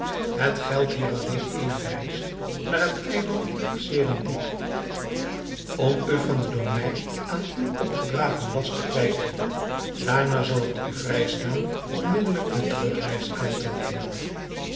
het geldt hier alleen eene reis naar het eiland serendib om u van den door mij aan u opgedragen last te kwijten daarna zal het u vrij staan onmiddelijk de terugreis aan te nemen